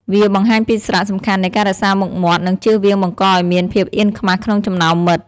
វាបង្ហាញពីសារៈសំខាន់នៃការរក្សាមុខមាត់ និងជៀសវាងបង្កឱ្យមានភាពអៀនខ្មាសក្នុងចំណោមមិត្ត។